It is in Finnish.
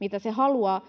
mitä se haluaa,